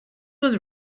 was